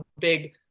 big